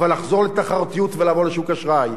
אבל לחזור לתחרותיות ולעבור לשוק אשראי.